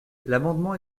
l’amendement